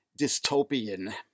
dystopian